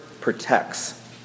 protects